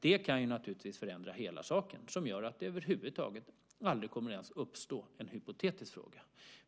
Det kan naturligtvis förändra hela saken på ett sätt som gör att det över huvud taget aldrig ens kommer att uppstå en hypotetisk fråga.